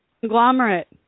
conglomerate